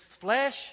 flesh